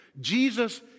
Jesus